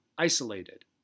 Isolated